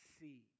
see